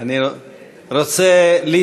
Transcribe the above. אתה עוד לא